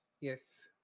Yes